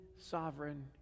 sovereign